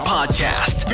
Podcast